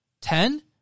Ten